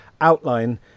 outline